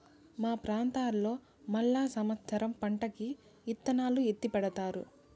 మా ప్రాంతంలో మళ్ళా సమత్సరం పంటకి ఇత్తనాలు ఎత్తిపెడతారు